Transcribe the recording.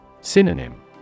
Synonym